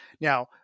Now